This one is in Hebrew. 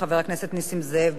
חבר הכנסת נסים זאב,